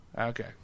Okay